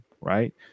right